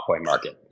market